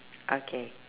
okay